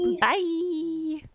Bye